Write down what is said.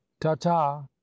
ta-ta